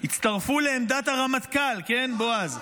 הצטרפו לעמדת הרמטכ"ל, כן, בועז?